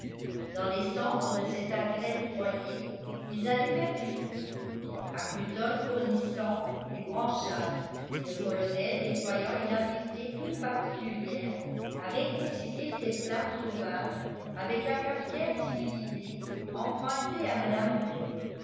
dans les cendres de cet agreste foyer ils allumèrent du feu arbuton fournissant les branchages et le colonel déployant une habileté toute particulière à réconcilier cette flamme sauvage avec la cafetière civilisée empruntée à mme